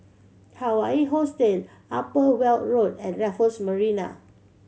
Hawaii Hostel Upper Weld Road and Raffles Marina